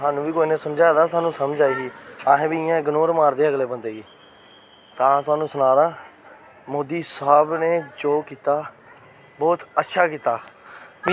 सानू बी कुसै ने समझाया हा ते सानू समझ आई ही असें बी इयां गै इग्नोर मारदे हे अगले बंदे गी तां सानू सनां दा आं मोदी साहब ने जो कीता बहुत अच्छा कीता